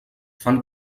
fan